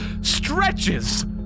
stretches